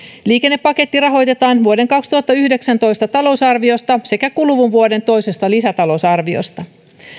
liikennepaketti rahoitetaan vuoden kaksituhattayhdeksäntoista talousarviosta sekä kuluvan vuoden toisesta lisätalousarviosta